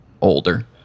older